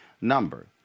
number